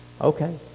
Okay